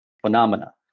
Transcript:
phenomena